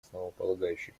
основополагающий